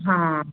ਹਾਂ